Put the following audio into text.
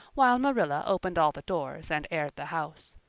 while marilla opened all the doors and aired the house.